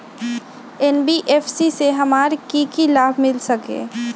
NBFC से हमार की की लाभ मिल सक?